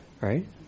Right